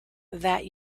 that